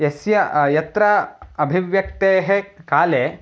यस्य यत्र अभिव्यक्तेः काले